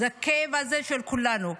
הכאב הזה הוא של כולנו.